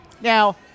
Now